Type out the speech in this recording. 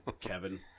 Kevin